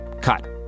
Cut